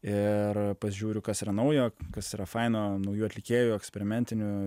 ir pažiūriu kas yra naujo kas yra faina naujų atlikėjų eksperimentinių